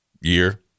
year